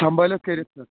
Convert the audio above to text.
سمبٲلتھ کٔرِتھ سَر